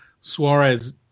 suarez